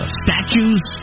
statues